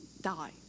die